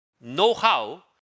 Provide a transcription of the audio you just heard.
know-how